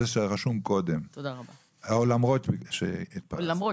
או למרות שהתפרצת,